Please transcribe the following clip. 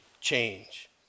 change